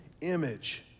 image